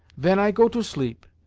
ven i go to sleep,